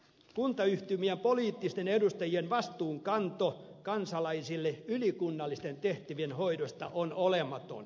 kuntayhtymien poliittisten edustajien vastuunkanto kansalaisille ylikunnallisten tehtävien hoidosta on olematon